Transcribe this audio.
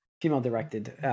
Female-directed